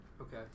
Okay